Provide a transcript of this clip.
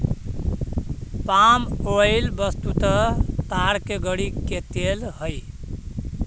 पाम oil वस्तुतः ताड़ के गड़ी के तेल हई